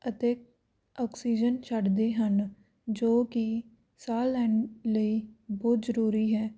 ਅਤੇ ਆਕਸੀਜਨ ਛੱਡਦੇ ਹਨ ਜੋ ਕਿ ਸਾਹ ਲੈਣ ਲਈ ਬਹੁਤ ਜ਼ਰੂਰੀ ਹੈ